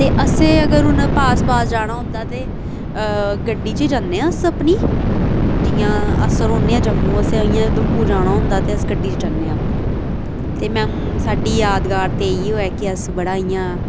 ते असें अगर हून पास पास जाना होंदा ते गड्डी च जन्ने आं अस अपनी जियां अस रौह्न्ने आं जम्मू असें उधमपुर जाना होंदा ते अस गड्डी च जन्ने आं अपनी ते में साढ़ी ज्यादगार ते इयो ऐ के अस बड़ा इ'यां